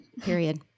Period